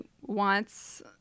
wants